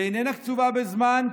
שאיננה קצובה בזמן,